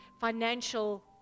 financial